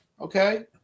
okay